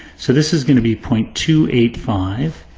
so this is going to be point two eight five.